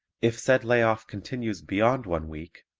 if said lay off continues beyond one week,